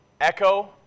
Echo